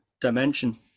dimension